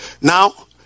Now